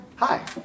Hi